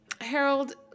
Harold